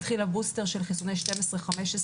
התחיל הבוסטר של חיסוני 12 15,